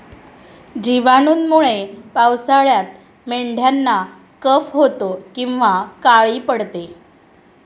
जिवाणूंमुळे पावसाळ्यात मेंढ्यांना कफ होतो किंवा काळी पडते